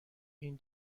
این